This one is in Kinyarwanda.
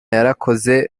yarakoze